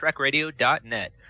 TrekRadio.net